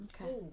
Okay